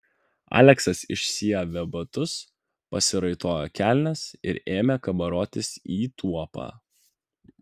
aleksas išsiavė batus pasiraitojo kelnes ir ėmė kabarotis į tuopą